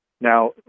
Now